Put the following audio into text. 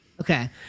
Okay